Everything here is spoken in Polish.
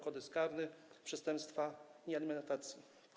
Kodeks karny przestępstwo niealimentacji.